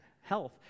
health